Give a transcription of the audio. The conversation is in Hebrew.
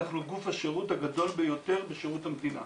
אנחנו גוף השירות הגדול ביותר בשירות המדינה.